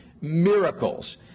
miracles